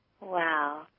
Wow